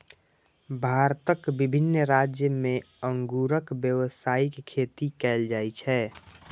भारतक विभिन्न राज्य मे अंगूरक व्यावसायिक खेती कैल जाइ छै